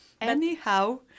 Anyhow